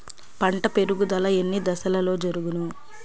పంట పెరుగుదల ఎన్ని దశలలో జరుగును?